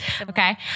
Okay